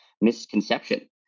misconception